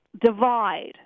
divide